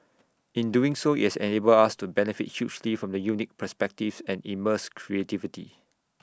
in doing so IT has enabled us to benefit hugely from the unique perspectives and immense creativity